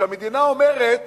שהמדינה אומרת